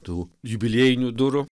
tų jubiliejinių durų